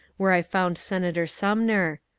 where i found senator sumner.